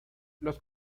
los